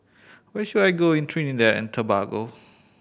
where should I go in Trinidad and Tobago